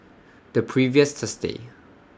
The previous Thursday